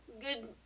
good